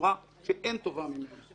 בצורה שאין טובה ממנה.